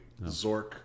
Zork